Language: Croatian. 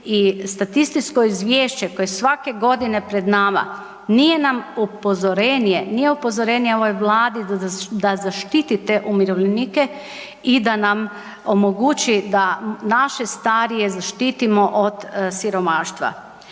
i statističko izvješće koje je svake godine pred nama nije nam upozorenje, nije upozorenje ovoj Vladi da zaštiti te umirovljenike i da nam omogući da naše starije zaštitimo od siromaštva.